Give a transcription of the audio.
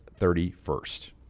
31st